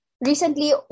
Recently